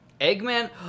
Eggman